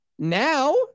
Now